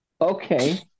okay